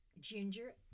ginger